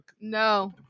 no